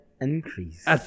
increase